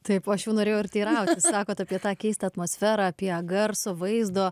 taip aš jau norėjau ir teirautis sakot apie tą keistą atmosferą apie garso vaizdo